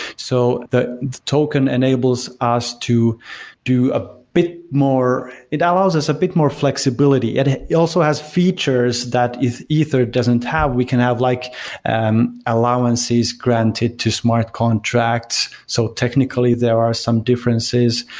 so the token enables us to do a bit more it allows us a bit more flexibility. it it also has features that ether ether doesn't have. we can have like and allowances granted to smart contracts. so technically, there are some differences.